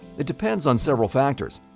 it depends on several factors,